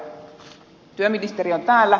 työministeri on täällä